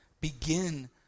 begin